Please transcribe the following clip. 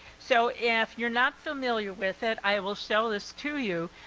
so if you're not familiar with it i will show this to you.